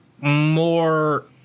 more